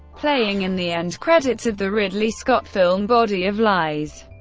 playing in the end credits of the ridley scott film body of lies.